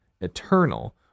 eternal